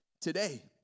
today